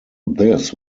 this